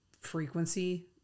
frequency